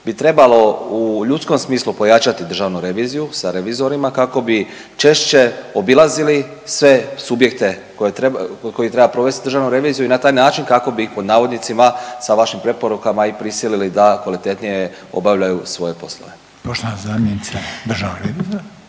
bi trebalo u ljudskom smislu pojačati Državnu reviziju sa revizorima kako bi češće obilazili sve subjekte koji treba provest državnu reviziju i na taj način kako bi ih „sa vašim preporukama i prisilili“ da kvalitetnije obavljaju svoje poslove.